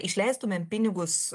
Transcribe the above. išleistumėm pinigus